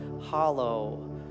hollow